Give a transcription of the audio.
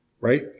right